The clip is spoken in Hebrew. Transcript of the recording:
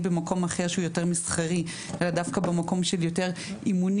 במקום אחר שהוא יותר מסחרי אלא דווקא במקום של יותר אימונים,